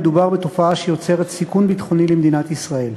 מדובר בתופעה שיוצרת סיכון ביטחוני למדינת ישראל.